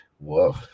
Whoa